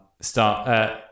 start